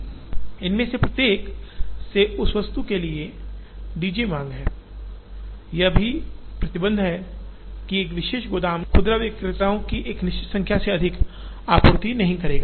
इनमें से प्रत्येक से उस वस्तु के लिए D j मांग है यह भी प्रतिबंध है कि एक विशेष गोदाम खुदरा विक्रेताओं की एक निश्चित संख्या से अधिक की आपूर्ति नहीं करेगा